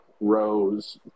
rows